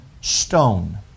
stone